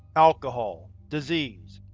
alcohol, disease.